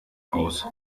aus